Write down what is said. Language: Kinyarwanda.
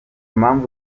mpamvu